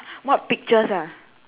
what pictures ah